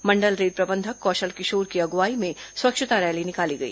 मंडल rail प्रबंधक कौशल किशोर की अगुवाई में स्वच्छता रैली निकाली गई